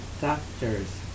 Doctors